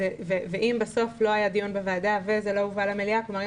אם בסוף לא היה דיון בוועדה וזה לא הובא למליאה כלומר,